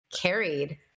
carried